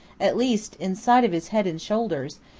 at least in sight of his head and shoulders,